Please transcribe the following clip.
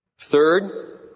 Third